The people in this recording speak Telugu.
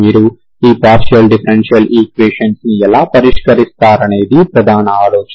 మీరు ఈ పార్షియల్ డిఫరెన్షియల్ ఈక్వేషన్స్ ని ఎలా పరిష్కరిస్తారనేది ప్రధాన ఆలోచన